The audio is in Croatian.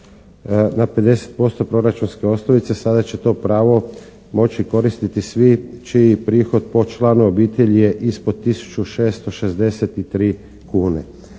na 50% proračunske osnovice sada će to pravo moći koristiti svi čiji prihod po članu obitelji je ispod tisuću 663 kune.